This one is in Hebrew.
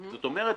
זאת אומרת,